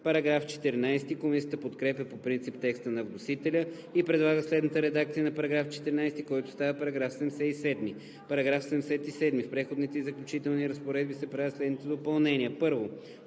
наследство.“ Комисията подкрепя по принцип текста на вносителя и предлага следната редакция на § 14, който става § 77: „§ 77. В Преходните и заключителните разпоредби се правят следните допълнения: